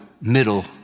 middle